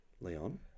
Leon